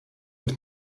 den